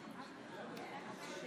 הכנסת,